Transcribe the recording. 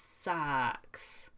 sucks